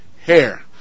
hair